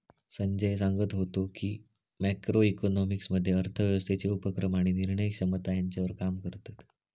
संजय सांगत व्हतो की, मॅक्रो इकॉनॉमिक्स मध्ये अर्थव्यवस्थेचे उपक्रम आणि निर्णय क्षमता ह्यांच्यावर काम करतत